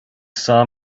saw